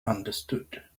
understood